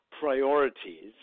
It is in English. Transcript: priorities